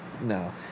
No